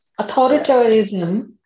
Authoritarianism